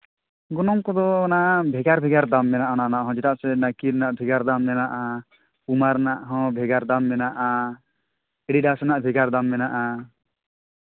ᱜᱚᱱᱚᱝ ᱠᱚᱫᱚ ᱚᱱᱟ ᱵᱷᱮᱜᱟᱨ ᱵᱷᱮᱜᱟᱨ ᱫᱟᱢ ᱢᱮᱱᱟᱜᱼᱟ ᱚᱱᱟ ᱨᱮᱱᱟᱜ ᱦᱚᱸ ᱪᱮᱫᱟᱜ ᱥᱮ ᱱᱟᱭᱠᱤ ᱨᱮᱭᱟᱜ ᱵᱷᱮᱜᱟᱨ ᱫᱟᱢ ᱢᱮᱱᱟᱜᱼᱟ ᱯᱩᱢᱟ ᱨᱮᱱᱟᱜ ᱦᱚᱸ ᱵᱷᱮᱜᱟᱨ ᱫᱟᱢ ᱢᱮᱱᱟᱜᱼᱟ ᱮᱰᱤᱰᱷᱟᱥ ᱨᱮᱱᱟᱜ ᱵᱷᱮᱜᱟᱨ ᱫᱟᱢ ᱢᱮᱱᱟᱜᱼᱟ